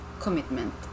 commitment